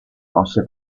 mosse